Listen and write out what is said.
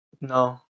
No